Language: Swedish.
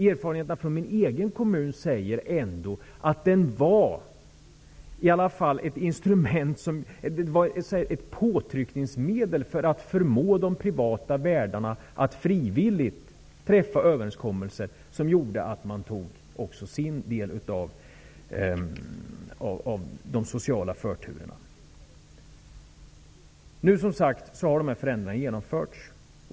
Erfarenheterna från min egen kommun säger ändock att lagen i alla fall utgjorde ett påtryckningsmedel för att man skulle kunna förmå de privata värdarna att träffa överenskommelser för att ta sig an sin del av de sociala förturerna. Nu har dessa förändringar genomförts.